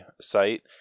site